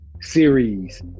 series